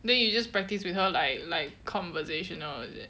then you just practice with her like like conversation orh is it